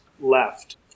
left